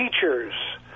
teachers